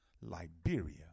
Liberia